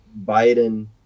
Biden